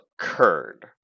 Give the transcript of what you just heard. Occurred